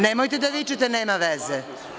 Nemojte da vičete da nema veze.